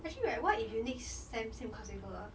actually right what if you next sem~ same class with her ah